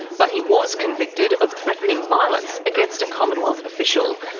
but he was convicted of threatening violence against a commonwealth official,